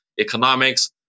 economics